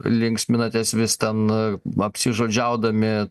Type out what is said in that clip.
linksminatės vis ten apsižodžiaudami